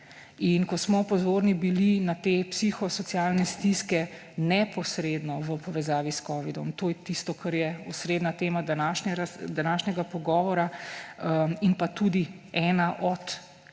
Ko smo bili pozorni na te psihosocialne stiske neposredno v povezavi s covidom ‒ to je tisto, kar je osrednja tema današnjega pogovora – in tudi ena od